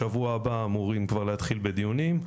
בשבוע הבא אמורים כבר להתחיל בדיונים.